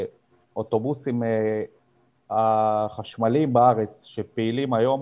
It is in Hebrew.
אוטובוסים, החשמליים בארץ שפעילים היום,